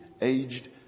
aged